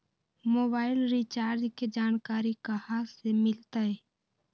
Mobile recharge के जानकारी कहा से मिलतै?